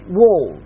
wall